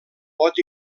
pot